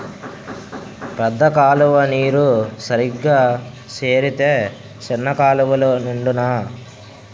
పెద్ద కాలువ నీరు సరిగా సేరితే సిన్న కాలువలు నిండునా